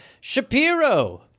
Shapiro